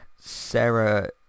Sarah